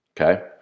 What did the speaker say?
okay